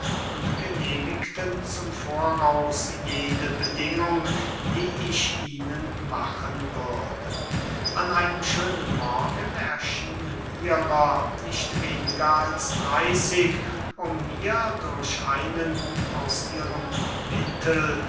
und genehmigten zum voraus jede bedingung die ich ihnen machen würde an einem schönen morgen erschienen ihrer nicht weniger als dreyßig um mir durch einen aus ihrem mittel